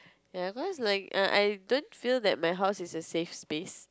ya cause like err I don't feel that my house is a safe space